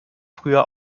früher